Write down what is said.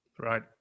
right